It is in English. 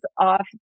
off